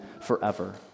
forever